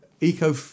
Eco